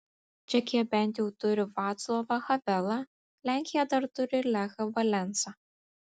čekija bent jau turi vaclovą havelą lenkija dar turi lechą valensą